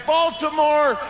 Baltimore